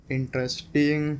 Interesting